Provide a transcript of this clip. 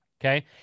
Okay